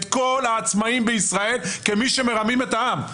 כל העצמאים בישראל כמי שמרמים את העם,